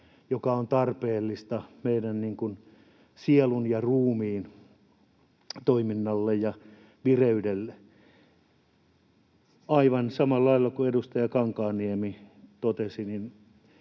mikä on tarpeellista meidän sielun ja ruumiin toiminnalle ja vireydelle. Aivan samalla lailla kuin edustaja Kankaanniemi totesi,